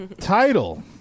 Title